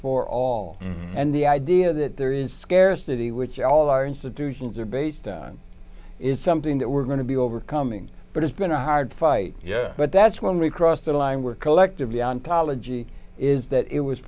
for all and the idea that there is scarcity which all our institutions are based on is something that we're going to be overcoming but it's been a hard fight yeah but that's when we crossed the line we're collectively ontology is that it was